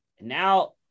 Now